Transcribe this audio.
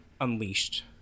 Unleashed